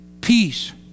Peace